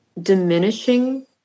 diminishing